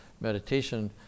meditation